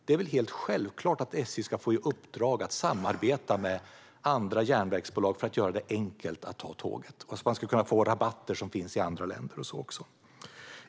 Det är självklart att SJ ska få i uppdrag att samarbeta med andra järnvägsbolag för att göra det enkelt att ta tåget. Man ska också kunna få rabatter som finns i andra länder.